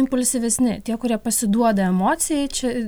impulsyvesni tie kurie pasiduoda emocijai čia